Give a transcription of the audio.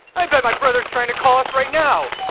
i bet my brother's trying to call us right now!